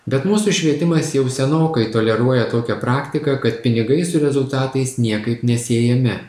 bet mūsų švietimas jau senokai toleruoja tokią praktiką kad pinigai su rezultatais niekaip nesiejami